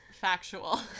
factual